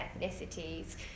ethnicities